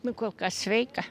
nu kol kas sveika